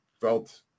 felt